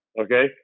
Okay